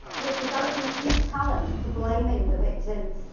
we've developed an acute talent for blaming the victims.